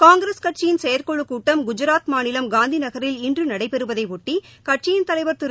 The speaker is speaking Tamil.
காங்கிரஸ் கட்சியின் செயற்குழுக் கூட்டம் குஜராத் மாநிலம் காந்தி நகரில் இன்று நடைபெறுவதையொட்டி கட்சியின் தலைவர் திரு